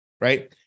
right